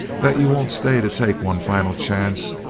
that you won't stay to take one final chance?